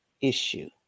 issue